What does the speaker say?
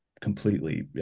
completely